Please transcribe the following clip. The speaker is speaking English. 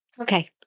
Okay